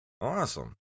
Awesome